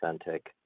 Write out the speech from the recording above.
authentic